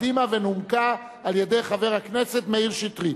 קדימה ונומקה על-ידי חבר הכנסת מאיר שטרית.